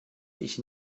ich